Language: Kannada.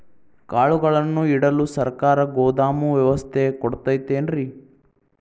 ಕಾಳುಗಳನ್ನುಇಡಲು ಸರಕಾರ ಗೋದಾಮು ವ್ಯವಸ್ಥೆ ಕೊಡತೈತೇನ್ರಿ?